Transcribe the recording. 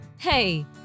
Hey